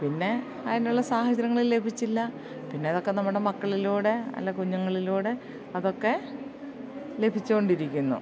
പിന്നെ അതിനുള്ള സാഹചര്യങ്ങൾ ലഭിച്ചില്ല പിന്നെ അതൊക്കെ നമ്മുടെ മക്കളിലൂടെ അല്ല കുഞ്ഞുങ്ങളിലൂടെ അതൊക്കെ ലഭിച്ചുകൊണ്ടിരിക്കുന്നു